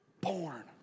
born